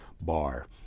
bar